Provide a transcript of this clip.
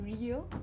real